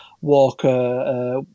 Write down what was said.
Walker